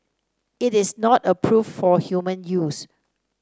it is not approved for human use